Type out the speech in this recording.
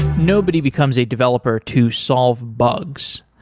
nobody becomes a developer to solve bugs.